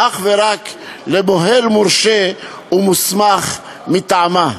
אך ורק למוהל מורשה ומוסמך מטעמה.